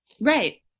right